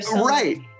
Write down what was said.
Right